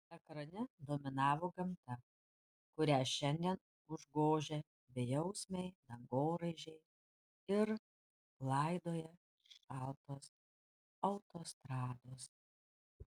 ekrane dominavo gamta kurią šiandien užgožia bejausmiai dangoraižiai ir laidoja šaltos autostrados